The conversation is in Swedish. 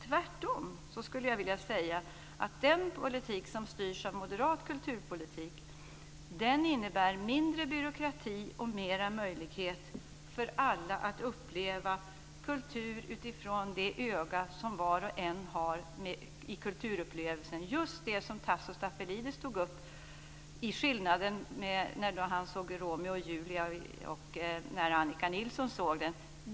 Tvärtom skulle jag vilja säga att den kulturpolitik som styrs av moderat politik innebär mindre byråkrati och mer möjligheter för alla att uppleva kultur utifrån det öga som var och en har i kulturupplevelsen - just det som Tasso Stafilidis tog upp apropå skillnaden mellan när han såg Romeo och Julia och när Annika Nilsson gjorde det.